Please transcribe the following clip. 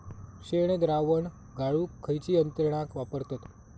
शेणद्रावण गाळूक खयची यंत्रणा वापरतत?